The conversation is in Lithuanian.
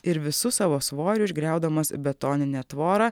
ir visu savo svoriu išgriaudamas betoninę tvorą